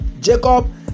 Jacob